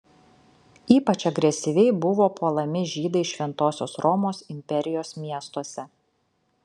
ypač agresyviai buvo puolami žydai šventosios romos imperijos miestuose